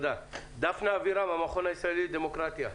דפנה אבירם, מהמכון הישראלי לדמוקרטיה.